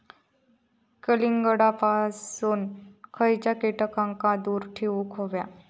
कलिंगडापासून खयच्या कीटकांका दूर ठेवूक व्हया?